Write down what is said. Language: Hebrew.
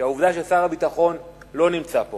שהעובדה ששר הביטחון לא נמצא פה